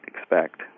expect